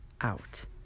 out